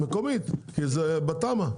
מקומית, כי זה בתמ"א.